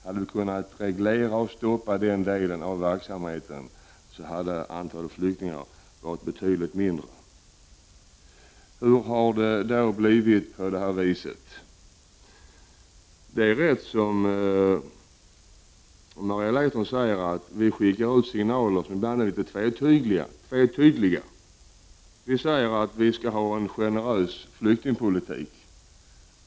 Hade vi kunnat reglera och stoppa den delen, så hade antalet flyktingar varit betydligt mindre. Hur har det då blivit på det här viset? Det är rätt som Maria Leissner säger, att vi ibland skickar ut signaler som är tvetydiga. Vi säger att vi skall ha en generös flyktingpolitik.